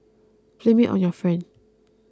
blame it on your friend